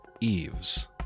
eaves